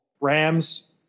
Rams